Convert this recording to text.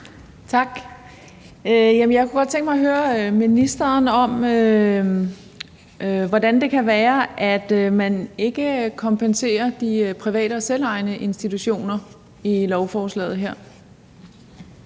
Tak. Jeg kunne godt tænke mig at høre ministeren, hvordan det kan være, at man ikke kompenserer de private og selvejende institutioner i lovforslaget her.